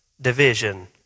division